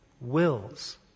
wills